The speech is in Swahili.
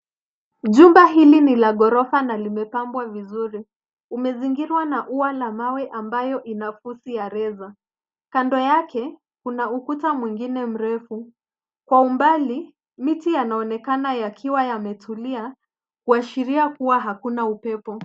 Jumba hili ni la ghorofa na limepambwa vizuri. Umezingirwa na ua la mawe ambayo ina fusi ya reza. Kando yake, kuna ukuta mwingine mrefu. Kwa umbali, miti yanaonekana yakiwa yametulia, kuashiria kuwa hakuna upepo.